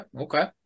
Okay